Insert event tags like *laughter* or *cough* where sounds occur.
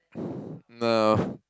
*breath* no *breath*